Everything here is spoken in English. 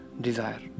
desire